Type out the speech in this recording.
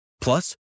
Plus